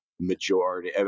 Majority